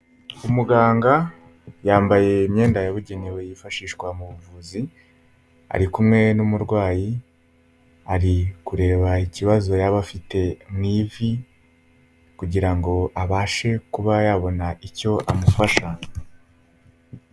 Umuganga yambaye imyenda yabugenewe yifashishwa mu buvuzi, ari kumwe n'umurwayi, ari kureba ikibazo yaba afite mu ivi, kugira ngo abashe kuba yabona icyo amufasha.